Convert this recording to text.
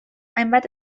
hainbat